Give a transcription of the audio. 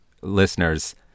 Listeners